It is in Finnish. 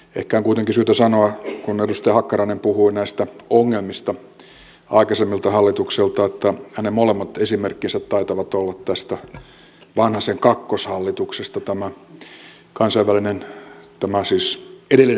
ehkä on kuitenkin syytä sanoa kun edustaja hakkarainen puhui näistä ongelmista aikaisemmissa hallituksissa että hänen molemmat esimerkkinsä taitavat olla tästä vanhasen kakkoshallituksesta siis edellisestä porvarihallituksesta